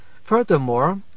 Furthermore